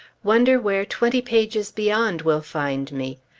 wonder where twenty pages beyond will find me?